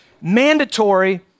mandatory